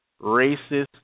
racist